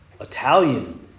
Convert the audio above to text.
Italian